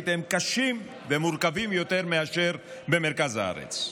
הם קשים ומורכבים יותר מאשר במרכז הארץ.